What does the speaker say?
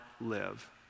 live